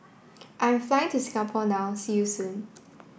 I'm flying to Singapore now see you soon